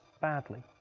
badly